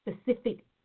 specific